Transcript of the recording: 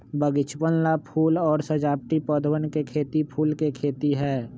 बगीचवन ला फूल और सजावटी पौधवन के खेती फूल के खेती है